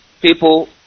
people